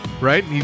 right